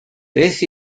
beth